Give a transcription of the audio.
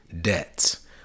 debts